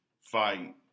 fight